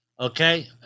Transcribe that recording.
Okay